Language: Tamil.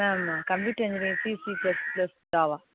ma'am computer engineering CC plus Java